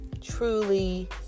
truly